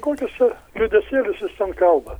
kokius čia liūdesėlius jūs ten kalbat